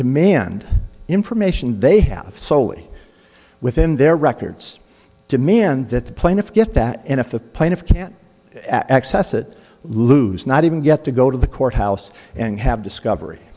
demand information they have soley within their records demand that the plaintiff get that and if the plaintiff can't access it lose not even get to go to the courthouse and have discovery